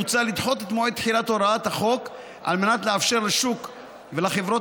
מוצע לדחות את מועד תחילת הוראות החוק על מנת לאפשר לשוק ולחברות